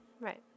right